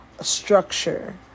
structure